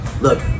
look